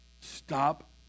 Stop